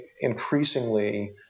increasingly